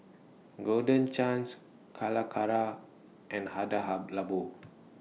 Golden Chance Calacara and Hada Labo